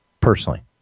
personally